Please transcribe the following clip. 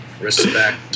Respect